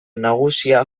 nagusia